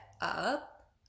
up